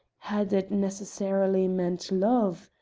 had it necessarily meant love?